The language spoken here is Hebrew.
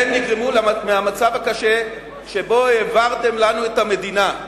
הן נגרמו מהמצב הקשה שבו העברתם לנו את המדינה,